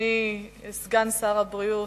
אדוני סגן שר הבריאות,